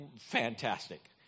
fantastic